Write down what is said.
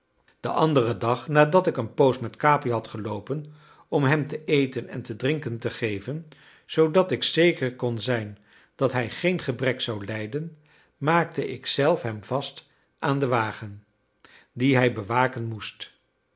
den anderen dag nadat ik een poos met capi had geloopen om hem te eten en te drinken te geven zoodat ik zeker kon zijn dat hij geen gebrek zou lijden maakte ik zelf hem vast aan den wagen dien hij bewaken moest